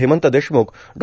Hemant Deshmukh Dr